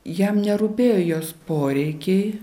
jam nerūpėjo jos poreikiai